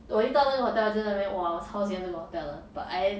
我一到那个 hotel 就在那边 !wah! 我超级喜欢这个 hotel 的 but I